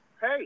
Hey